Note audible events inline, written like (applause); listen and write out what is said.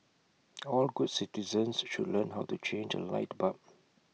(noise) all good citizens should learn how to change A light bulb